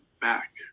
back